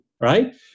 right